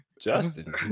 Justin